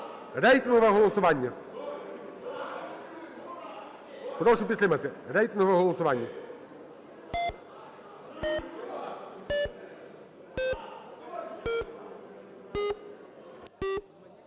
рейтингове голосування, прошу підтримати, рейтингове голосування.